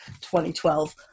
2012